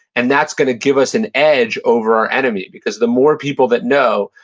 and that's going to give us an edge over our enemy because the more people that know,